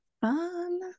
fun